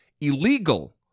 illegal